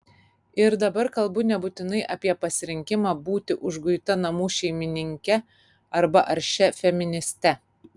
ir dabar kalbu nebūtinai apie pasirinkimą būti užguita namų šeimininke arba aršia feministe